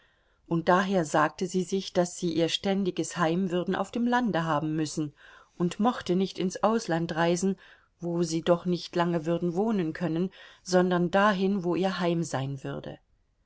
und daher sagte sie sich daß sie ihr ständiges heim würden auf dem lande haben müssen und mochte nicht ins ausland reisen wo sie doch nicht lange würden wohnen können sondern dahin wo ihr heim sein würde